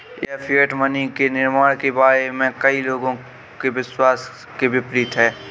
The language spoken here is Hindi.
यह फिएट मनी के निर्माण के बारे में कई लोगों के विश्वास के विपरीत है